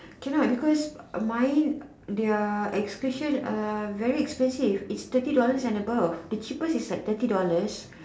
can not because mine their excursion a very expensive it's thirty dollars and above the cheapest is like thirty dollars